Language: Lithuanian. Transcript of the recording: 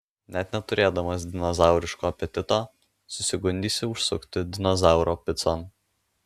net neturėdamas dinozauriško apetito susigundysi užsukti dinozauro picon